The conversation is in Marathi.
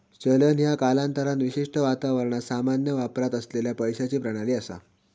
चलन ह्या कालांतरान विशिष्ट वातावरणात सामान्य वापरात असलेला पैशाची प्रणाली असा